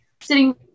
sitting